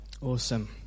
Awesome